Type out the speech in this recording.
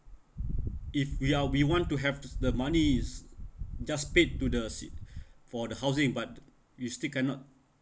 if we are we want to have th~ the money's just paid to the se~ for the housing but you still cannot